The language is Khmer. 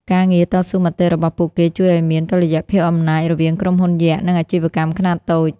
ការងារតស៊ូមតិរបស់ពួកគេជួយឱ្យមាន "តុល្យភាពអំណាច" រវាងក្រុមហ៊ុនយក្ស និងអាជីវកម្មខ្នាតតូច។